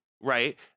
right